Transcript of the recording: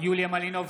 יוליה מלינובסקי,